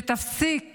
שתפסיק